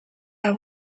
are